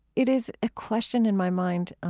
it is a question in my mind, ah